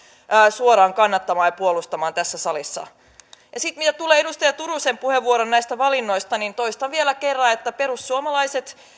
suoraan kannattamaan ja puolustamaan tässä salissa mitä tulee edustaja turusen puheenvuoroon näistä valinnoista niin toistan vielä kerran että perussuomalaiset